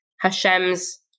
Hashem's